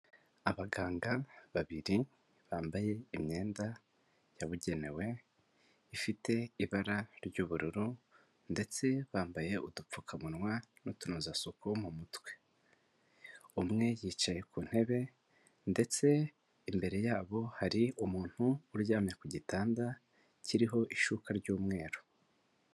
Abaganga babiri bambaye imyenda yabugenewe ifite ibara ry'ubururu ndetse bambaye udupfukamunwa n'utunozasuku mu mutwe, umwe yicaye ku ntebe ndetse imbere yabo hari umuntu uryamye ku gitanda kiriho ishuka y'umweru.